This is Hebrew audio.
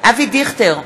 אבי דיכטר,